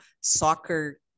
soccer